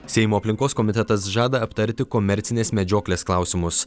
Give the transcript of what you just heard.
seimo aplinkos komitetas žada aptarti komercinės medžioklės klausimus